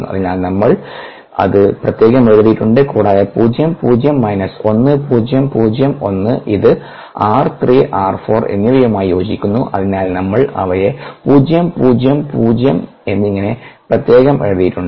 അതിനാൽ നമ്മൾ അത് പ്രത്യേകം എഴുതിയിട്ടുണ്ട് കൂടാതെ പൂജ്യം പൂജ്യം മൈനസ് ഒന്ന് പൂജ്യം പൂജ്യം ഒന്ന് ഇത് r 3 r 4 എന്നിവയുമായി യോജിക്കുന്നു അതിനാൽ നമ്മൾ അവയെ പൂജ്യം പൂജ്യം പൂജ്യം എന്നിങ്ങനെ പ്രത്യേകം എഴുതിയിട്ടുണ്ട്